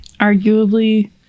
Arguably